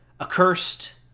Accursed